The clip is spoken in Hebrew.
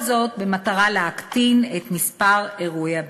כל זאת במטרה להקטין את מספר אירועי הבטיחות.